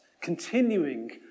continuing